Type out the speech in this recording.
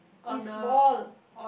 is ball